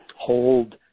hold